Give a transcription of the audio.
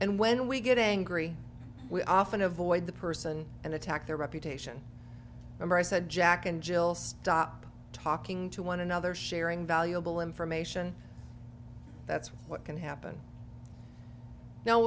and when we get angry we often avoid the person and attack their reputation or said jack and jill stop talking to one another sharing valuable information that's what can happen no